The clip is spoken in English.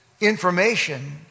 information